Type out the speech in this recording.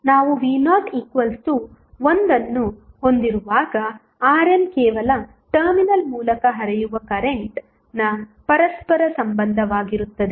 ನಾವು v01 ಅನ್ನು ಹೊಂದಿರುವಾಗ RN ಕೇವಲ ಟರ್ಮಿನಲ್ ಮೂಲಕ ಹರಿಯುವ ಕರೆಂಟ್ನ ಪರಸ್ಪರ ಸಂಬಂಧವಾಗಿರುತ್ತದೆ